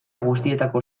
guztietako